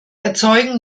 erzeugen